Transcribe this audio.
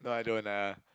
no I don't ah